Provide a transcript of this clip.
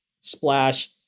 splash